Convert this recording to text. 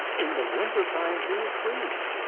in the wintertime, we would freeze.